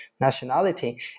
nationality